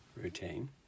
routine